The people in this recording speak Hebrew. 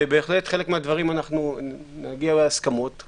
ובהחלט נגיע להסכמות בחלק מהדברים.